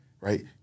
Right